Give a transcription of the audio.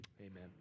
amen